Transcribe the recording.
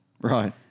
Right